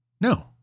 No